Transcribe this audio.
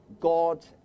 God